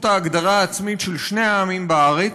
ההגדרה העצמית של שני העמים בארץ,